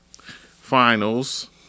finals